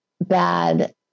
bad